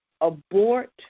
abort